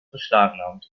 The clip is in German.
beschlagnahmt